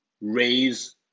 Raise